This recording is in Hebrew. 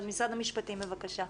משרד המשפטים, בבקשה.